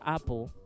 Apple